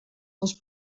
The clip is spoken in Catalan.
els